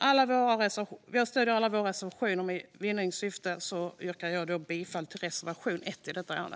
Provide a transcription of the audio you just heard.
Vi står bakom alla våra reservationer, men för tids vinning yrkar jag bifall endast till reservation 1 i detta ärende.